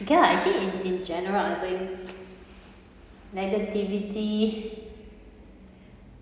ya actually in in general I think negativity